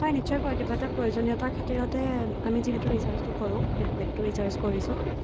হয় নিশ্চয়কৈ কিবা এটা প্ৰয়োজনীয়তাৰ খাতিৰতহে আমি যিহেতু ৰিচাৰ্জটো কৰোঁ নেটপেকটো ৰিচাৰ্জ কৰিছোঁ